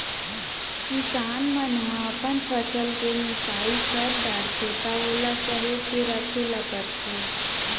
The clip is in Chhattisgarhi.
किसान मन ह अपन फसल के मिसाई कर डारथे त ओला सहेज के राखे ल परथे